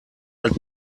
alt